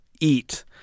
eat